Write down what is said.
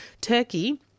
Turkey